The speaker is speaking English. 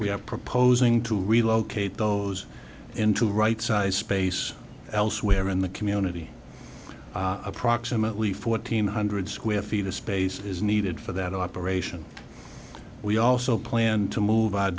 have proposing to relocate those in to rightsize space elsewhere in the community approximately fourteen hundred square feet of space is needed for that operation we also planned to move